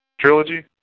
trilogy